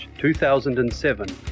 2007